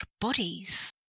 bodies